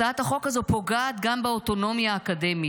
הצעת החוק הזו פוגעת גם באוטונומיה האקדמית.